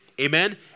amen